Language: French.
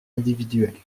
individuelle